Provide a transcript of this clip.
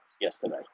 yesterday